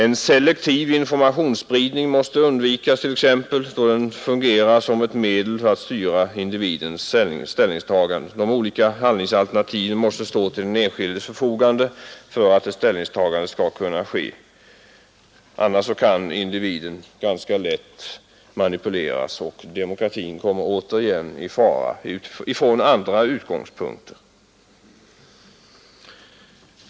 En selektiv informationsspridning måste t.ex. undvikas då den fungerar som ett medel att styra individens ställningstaganden. De olika handlingsalternativen måste stå till den enskildes förfogande för att ett ställningstagande skall kunna ske. Annars kan individen ganska lätt manipuleras, och demokratin kommer återigen i fara.